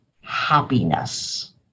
happiness